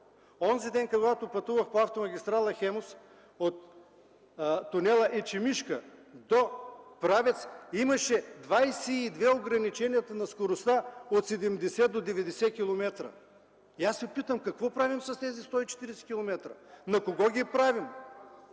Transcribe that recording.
Онзи ден, когато пътувах по автомагистрала „Хемус” от тунела „Ечемишка” до Правец, имаше 22 ограничения на скоростта от 70 до 90 км. Питам се какво правим с тези 140 км? За кого ги правим?